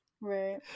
right